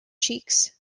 cheeks